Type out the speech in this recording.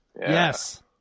Yes